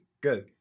Good